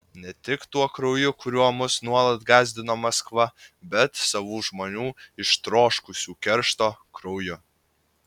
ne tik tuo krauju kuriuo mus nuolat gąsdino maskva bet savų žmonių ištroškusių keršto krauju